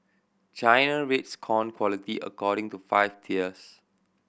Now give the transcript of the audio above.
China rates corn quality according to five tiers